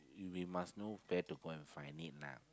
we must know where to go and find it lah